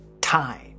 time